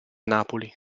napoli